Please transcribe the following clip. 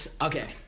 Okay